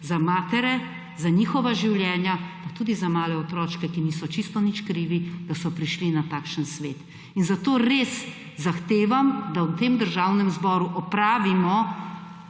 za matere, za njihova življenja, tudi za male otročke, ki niso čist nič krivi, da so prišli na takšen svet. Zato res zahtevam, da v tem državnem zboru opravimo